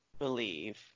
believe